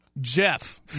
Jeff